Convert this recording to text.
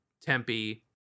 Tempe